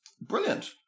Brilliant